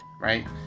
right